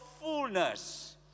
fullness